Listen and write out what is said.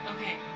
okay